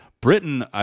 Britain